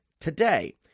today